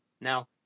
now